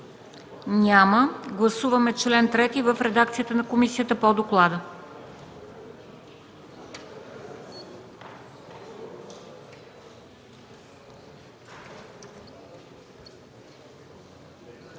Няма. Гласуваме чл. 7 в редакцията на комисията по доклада.